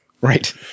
Right